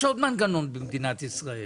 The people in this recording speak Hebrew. יש עוד מנגנון במדינת ישראל